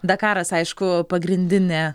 dakaras aišku pagrindinė